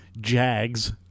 jags